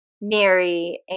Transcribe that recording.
Mary